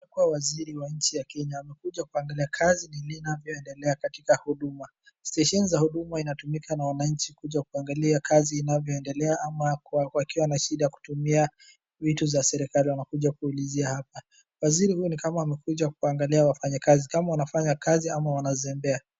Waziri wa nchi ya Kenya amekuja kuangalia kazi inavyoendela katika huduma. Stesheni za huduma inatumika na wanaanchi kuja kuangalia kazi inavyoendela ama wakiwa ana shida kutumia vitu vya serikali wanakuja kuulizia hapa. Waziri huyu ni kama amekuja kuangalia wafanyikazi, kama wanafanya kazi au wanazembea.